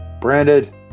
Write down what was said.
branded